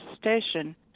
station